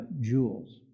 jewels